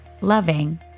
loving